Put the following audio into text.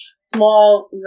small